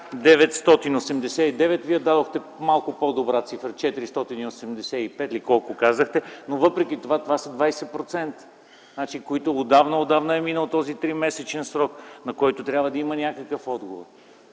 Вие дадохте малко по-добра цифрата – 485 ли, колко казахте, но въпреки това това са 20%, за които отдавна, отдавна е минал този 3-месечен срок, на което трябва да има някакъв отговор.